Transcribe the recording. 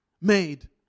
made